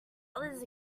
others